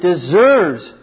deserves